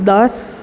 દસ